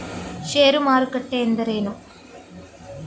ಷೇರು ಮಾರುಕಟ್ಟೆ ಎಂದರೇನು?